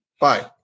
bye